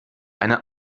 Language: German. eine